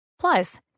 Plus